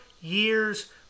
years